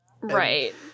right